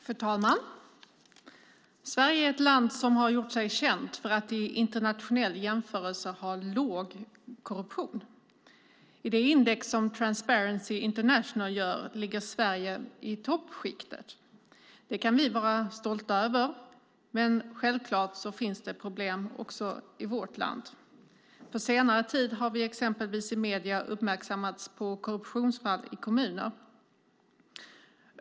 Fru talman! Sverige är ett land som gjort sig känt för att i internationell jämförelse ha låg korruption. I det index som Transparency International gör ligger Sverige i toppskiktet. Det kan vi vara stolta över, men självklart finns problem också i vårt land. På senare tid har vi exempelvis i medierna uppmärksammats på korruptionsfall i kommuner.